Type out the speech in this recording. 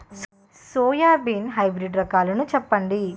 Soybean hybrid రకాలను చెప్పండి?